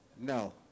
No